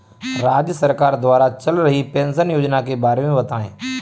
राज्य सरकार द्वारा चल रही पेंशन योजना के बारे में बताएँ?